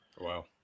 wow